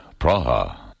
Praha